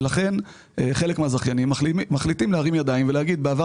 לכן חלק מן הזכיינים מחליטים להרים ידיים ולהגיד: בעבר